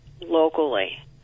locally